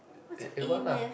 A~ A-one lah